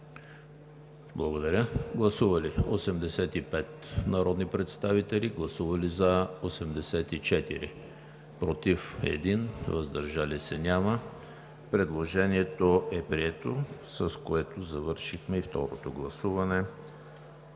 Комисията. Гласували 85 народни представители: за 84, против 1, въздържали се няма. Предложението е прието, с което завършихме и второто гласуване